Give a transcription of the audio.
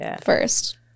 first